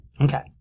Okay